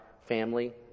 family